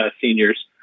seniors